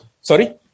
Sorry